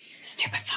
Stupid